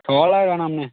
solar வேணாம்ண்ணே